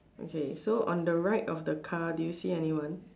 okay so on the right of the car do you see anyone